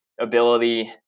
ability